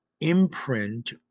imprint